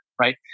Right